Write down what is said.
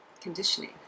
conditioning